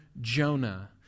Jonah